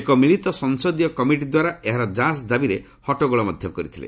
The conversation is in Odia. ଏକ ମିଳିତ ସଂସଦୀୟ କମିଟି ଦ୍ୱାରା ଏହାର ଯାଞ୍ଚ ଦାବିରେ ହଟ୍ଟଗୋଳ କରିଥିଲେ